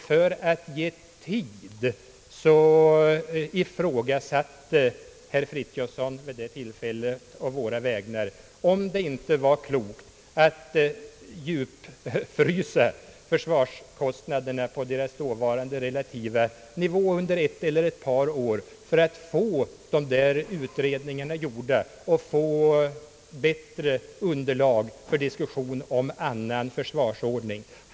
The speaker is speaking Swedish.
För att vinna tid ifrågasatte herr Frithiofson vid det tillfället å våra vägnar om det inte var klokt att frysa försvarskostnaderna på deras dåvarande relativa nivå under ett eller ett par år, för att få de där utredningarna gjorda och få bättre underlag för diskussion om annan försvarsordning.